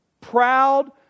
proud